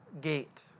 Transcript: gate